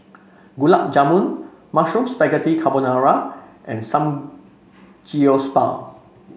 Gulab Jamun Mushroom Spaghetti Carbonara and Samgeyopsal